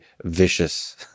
vicious